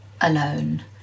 alone